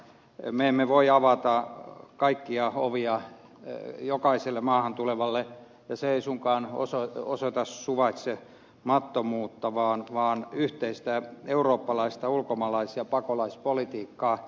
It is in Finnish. me emme voi avata kaikkia ovia jokaiselle maahan tulevalle ja se ei suinkaan osoita suvaitsemattomuutta vaan yhteistä eurooppalaista ulkomaalais ja pakolaispolitiikkaa